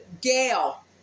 Gail